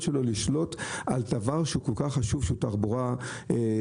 שלו לשלוט על דבר שהוא כל כך חשוב כמו תחבורה ציבורית?